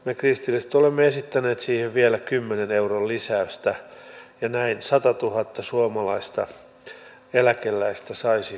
me emme täällä suomessa pysty kilpailemaan halpatuotantomaiden kanssa samasta tuotannosta mutta me olemme onnistuneet teknologian tasossa ja me olemme onnistuneet tekemään hyviä laadukkaita tuotteita